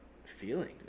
Feeling